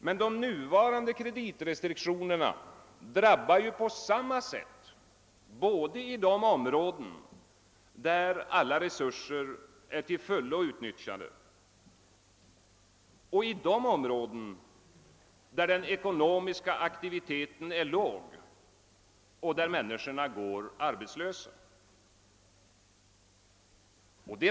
Men de nuvarande =<kreditrestriktionerna drabbar på samma sätt både i de områden där alla resurser är till fullo utnyttjade och i de områden där den ekonomiska aktiviteten är låg och människor går arbetslösa.